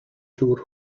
dŵr